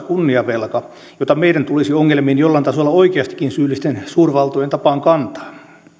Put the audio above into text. kunniavelka jota meidän tulisi ongelmiin jollain tasolla oikeastikin syyllisten suurvaltojen tapaan kantaa